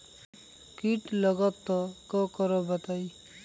कीट लगत त क करब बताई?